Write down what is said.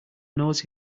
nose